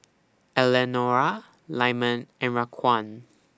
Eleonora Lyman and Raquan